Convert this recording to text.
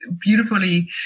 beautifully